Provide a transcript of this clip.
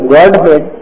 Godhead